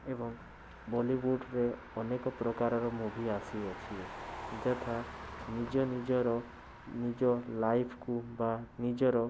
ଏବଂ ବଲିଉଡ଼୍ରେ ଅନେକ ପ୍ରକାରର ମୁଭି ଆସିଅଛି ଯଥା ନିଜ ନିଜର ନିଜ ଲାଇଫ୍କୁ ବା ନିଜର